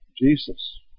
Jesus